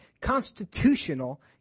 constitutional